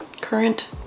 current